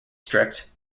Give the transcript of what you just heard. strict